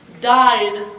died